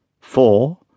four